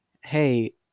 Hey